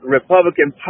Republican